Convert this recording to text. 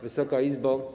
Wysoka Izbo!